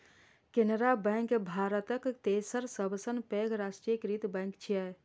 Canara bank भारतक तेसर सबसं पैघ राष्ट्रीयकृत बैंक छियै